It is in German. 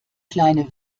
kleine